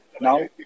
Now